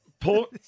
Port